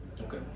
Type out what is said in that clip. Okay